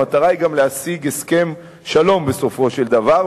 המטרה היא גם להשיג הסכם שלום בסופו של דבר.